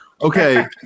okay